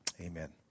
Amen